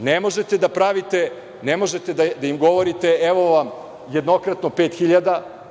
Ne možete da pravite, ne možete da im govorite evo vam jednokratno 5.000,00,